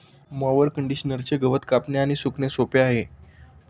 mower कंडिशनरचे गवत कापणे आणि सुकणे सोपे आहे